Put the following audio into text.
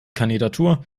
kandidatur